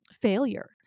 failure